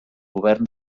govern